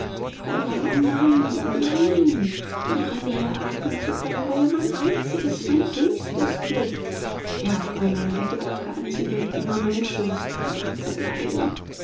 fräulein o nein nein in ihrer nähe atmen zu können war ja mein einziges mein höchstes glück ja fräulein der gedanke an sie wird immer mein schönster gedanke bleiben